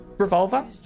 revolver